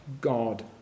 God